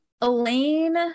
Elaine